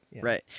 right